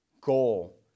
goal